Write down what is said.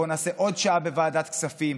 בואו נעשה עוד שעה בוועדת הכספים.